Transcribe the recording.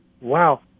Wow